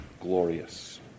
glorious